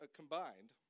combined